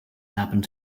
happened